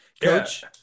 Coach